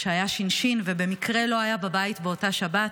שהיה שי"ן-שי"ן ובמקרה לא היה בבית באותה שבת.